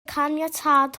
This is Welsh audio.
caniatâd